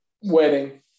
Wedding